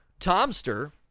Tomster